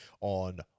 on